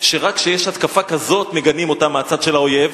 שרק כשיש התקפה כזאת מגנים אותה מהצד של האויב,